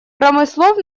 промыслов